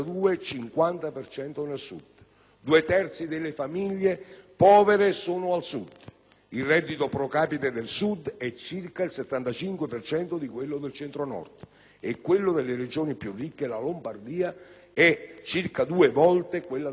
Due terzi delle famiglie povere sono al Sud. Il reddito *pro capite* del Sud è circa il 75 per cento di quello del Centro-Nord, e quello della Regione più ricca (la Lombardia) è circa due volte quello della più povera (la Calabria).